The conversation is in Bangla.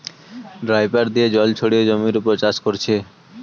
ড্রাইপার দিয়ে জল ছড়িয়ে জমির উপর চাষ কোরছে